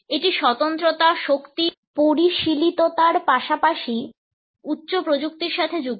এটি স্বতন্ত্রতা শক্তি পরিশীলিততার পাশাপাশি উচ্চ প্রযুক্তির সাথে যুক্ত